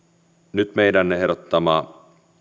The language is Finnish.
nyt meidän ehdottamassamme